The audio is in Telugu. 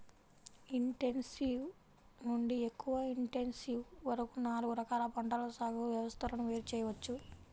ఇంటెన్సివ్ నుండి ఎక్కువ ఇంటెన్సివ్ వరకు నాలుగు రకాల పంటల సాగు వ్యవస్థలను వేరు చేయవచ్చు